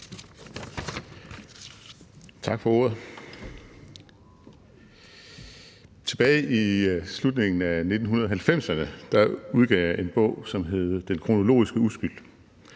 Tak for ordet. Tilbage i slutningen af 1990'erne udgav jeg en bog, som hed »Den kronologiske uskyld«,